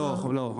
לא, לא.